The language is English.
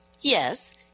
Yes